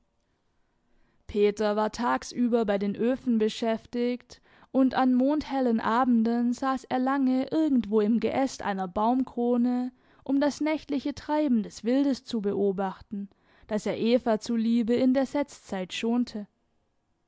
peter war tagsüber bei den öfen beschäftigt und an mondhellen abenden saß er lange irgendwo im geäst einer baumkrone um das nächtliche treiben des wildes zu beobachten das er eva zuliebe in der setzzeit schonte